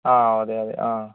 ആ അതെ അതെ ആ